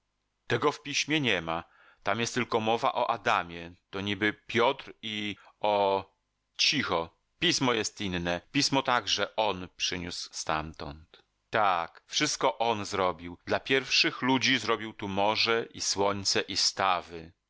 tego w piśmie niema tam jest tylko mowa o adamie to niby piotr i o cicho pismo jest inne pismo także on przyniósł stamtąd tak wszystko on zrobił dla pierwszych ludzi zrobił tu morze i słońce i stawy